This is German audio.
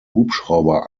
hubschrauber